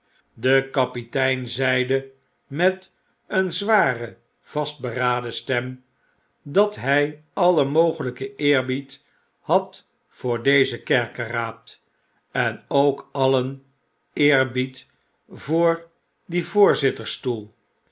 de kapitein zeide met een zware vastberaden stem dat hy alien mogelijken eerbied had voor dezen kerkeraad en ook alien eerbied voor dien